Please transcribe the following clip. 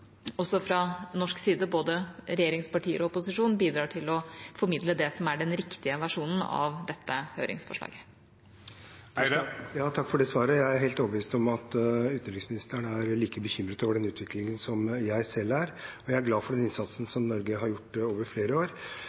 fra norsk side, både regjeringspartier og opposisjon, bidrar til å formidle det som er den riktige versjonen av dette høringsforslaget. Takk for svaret. Jeg er helt overbevist om at utenriksministeren er like bekymret over den utviklingen som jeg selv er, og jeg er glad for den innsatsen som Norge har gjort over flere år.